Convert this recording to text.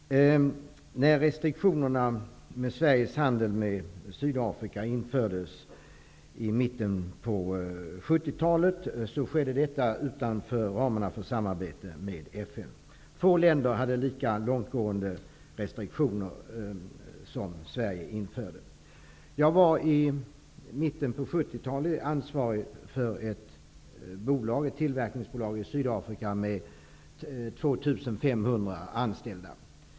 Herr talman! När restriktionerna för Sveriges handel med Sydafrika infördes i mitten på 70-talet skedde det utanför ramarna för samarbetet med FN. Få länder hade lika långtgående restriktioner som de som Sverige då införde. Jag var i mitten på 70-talet ansvarig för ett tillverkningsbolag i Sydafrika med 2 500 anställda.